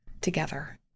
together